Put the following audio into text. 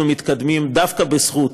אנחנו מתקדמים, דווקא בזכות